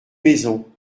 maison